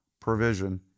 Provision